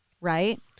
right